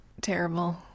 Terrible